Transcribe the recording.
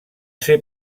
ser